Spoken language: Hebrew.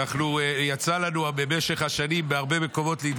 יצא לנו במשך השנים להתבלבל בהרבה מקומות.